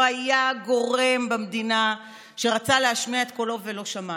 לא היה גורם במדינה שרצה להשמיע את קולו ולא שמענו.